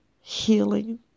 Healing